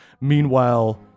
Meanwhile